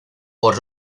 por